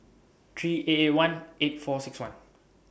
three eight eight one eight four six one